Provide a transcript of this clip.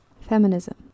feminism